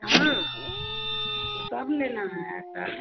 हाँ तो सब लेना है सर